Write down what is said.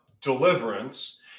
deliverance